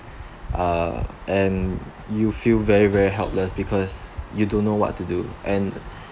uh and you feel very very helpless because you don't know what to do and